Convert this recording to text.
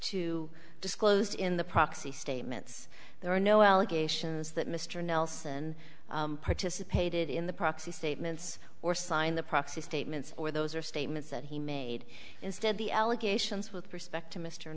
to disclosed in the proxy statements there are no allegations that mr nelson participated in the proxy statements or sign the proxy statements or those are statements that he made instead the allegations with respect to mr